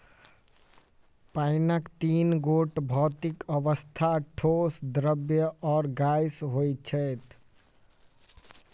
पाइनक तीन गोट भौतिक अवस्था, ठोस, द्रव्य आ गैस होइत अछि